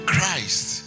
Christ